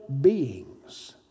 beings